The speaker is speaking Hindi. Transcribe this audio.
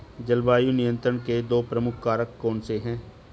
जलवायु नियंत्रण के दो प्रमुख कारक कौन से हैं?